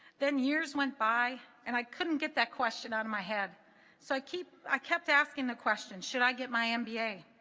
then years went by and i couldn't get that question out of my head so i keep i kept asking the question should i get my mba